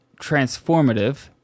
transformative